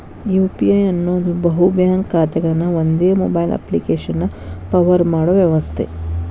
UPI ಅನ್ನೋದ್ ಬಹು bank ಖಾತೆಗಳನ್ನ ಒಂದೇ ಮೊಬೈಲ್ ಅಪ್ಪ್ಲಿಕೆಶನ್ಯಾಗ ಪವರ್ ಮಾಡೋ ವ್ಯವಸ್ಥೆ